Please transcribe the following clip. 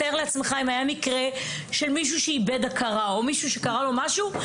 אם היה מקרה של מישהו שאיבד הכרה או מישהו שקרה לו משהו,